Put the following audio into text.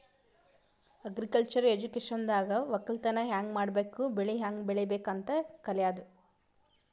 agriculture ಎಜುಕೇಶನ್ದಾಗ್ ವಕ್ಕಲತನ್ ಹ್ಯಾಂಗ್ ಮಾಡ್ಬೇಕ್ ಬೆಳಿ ಹ್ಯಾಂಗ್ ಬೆಳಿಬೇಕ್ ಅಂತ್ ಕಲ್ಯಾದು